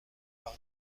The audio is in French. par